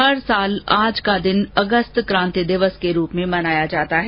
हर साल आज का दिन अगस्त क्रांति दिवस के रूप में मनाया जाता है